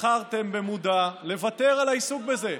בחרתם במודע לוותר על העיסוק בזה.